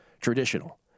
traditional